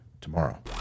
tomorrow